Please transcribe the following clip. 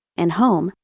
and home,